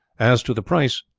as to the price,